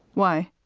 why?